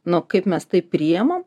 nu kaip mes tai priimam